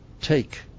take